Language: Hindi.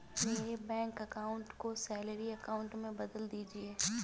मेरे बैंक अकाउंट को सैलरी अकाउंट में बदल दीजिए